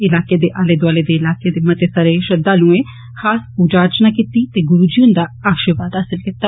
इलाके दे आले दुआले दे इलाकें दे मते सारे श्रद्वालुएं खास पूजर अर्चना कीती ते गुरू जी हुंदा आर्शीवाद हासल कीता